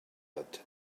that